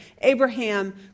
Abraham